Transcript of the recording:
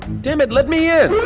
dammit, let me in!